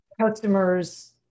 customers